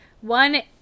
one